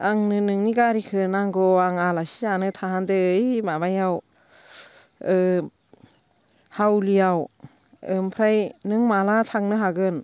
आंनो नोंनि गारिखौ नांगौ आं आलासि जानो थांनायदों ओइ माबायाव हावलिआव ओमफ्राय नों माब्ला थांनो हागोन